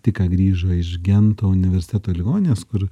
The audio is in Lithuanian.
tik ką grįžo iš gento universiteto ligoninės kur